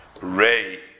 ray